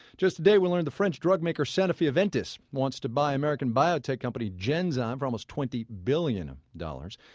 just today we learned the french drugmaker sanofi aventis wants to buy american biotech company genzyme for almost twenty billion ah dollars.